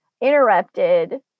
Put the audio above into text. interrupted